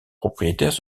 propriétaires